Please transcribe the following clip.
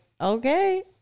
okay